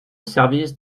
service